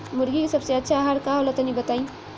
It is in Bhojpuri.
मुर्गी के सबसे अच्छा आहार का होला तनी बताई?